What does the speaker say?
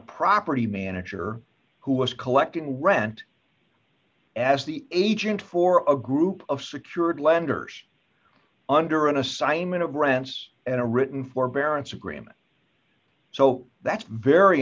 property manager who was collecting rent as the agent for a group of secured lenders under an assignment of rents and a written forbearance agreement so that's very